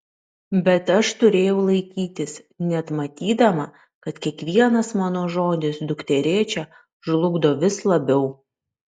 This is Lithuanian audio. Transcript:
bet aš turėjau laikytis net matydama kad kiekvienas mano žodis dukterėčią žlugdo vis labiau